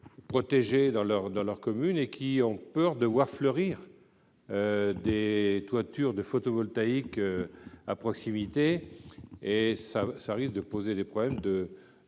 leur, dans leur commune et qui ont peur de voir fleurir des toitures de photovoltaïque à proximité et ça, ça risque de poser des problèmes de,